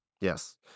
Yes